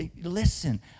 listen